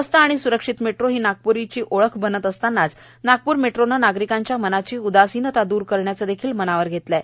स्वस्त व स्रक्षित मेट्रो ही नागप्री ओळख बनत असतानाच नागप्र मेट्रोने नागरीकांच्या मनाची उदासीनता दूर करण्याचे देखील मनावर घेतले आहे